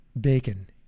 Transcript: Bacon